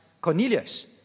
Cornelius